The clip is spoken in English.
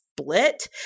split